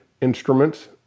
instruments